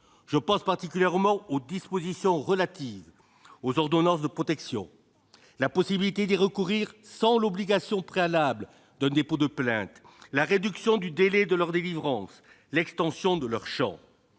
Je pense particulièrement aux dispositions relatives aux ordonnances de protection, à la possibilité d'y recourir sans condition de dépôt préalable d'une plainte, à la réduction de leur délai de délivrance, à l'extension de leur champ.